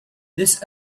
this